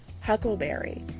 huckleberry